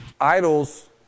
Idols